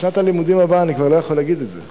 בשנת הלימודים הבאה אני כבר לא יכול להגיד את זה,